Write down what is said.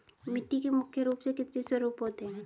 मिट्टी के मुख्य रूप से कितने स्वरूप होते हैं?